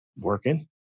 working